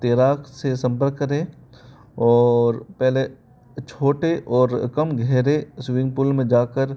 तैराक से संपर्क करें और पहले छोटे और कम घेरे स्विमिंग पूल में जाकर